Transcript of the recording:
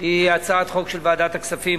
היא הצעת חוק של ועדת הכספים.